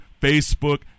Facebook